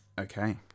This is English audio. Okay